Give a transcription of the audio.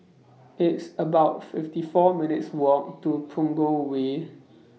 It's about fifty four minutes' Walk to Punggol Way